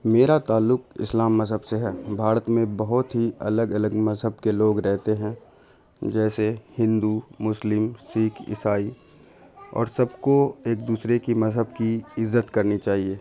میرا تعلق اسلام مذہب سے ہے بھارت میں بہت ہی الگ الگ مذہب کے لوگ رہتے ہیں جیسے ہندو مسلم سکھ عیسائی اور سب کو ایک دوسرے کی مذہب کی عزت کرنی چاہیے